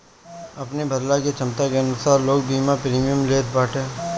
अपनी भरला के छमता के अनुसार लोग बीमा प्रीमियम लेत बाटे